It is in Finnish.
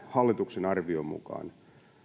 hallituksen arvion mukaan